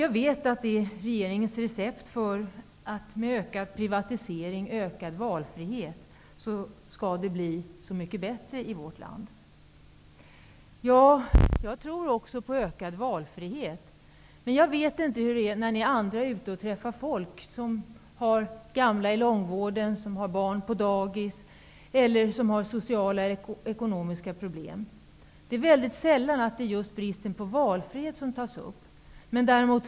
Jag vet att regeringens recept för att det skall bli så mycket bättre i vårt land är ökad privatisering och ökad valfrihet. Jag tror också på ökad valfrihet. Men jag undrar hur det är när ni träffar folk som har anhöriga gamla som ligger på långvården, som har barn på dagis eller som har sociala eller ekonomiska problem. Det är väldigt sällan som just bristen på valfrihet tas upp.